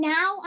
Now